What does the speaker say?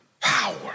power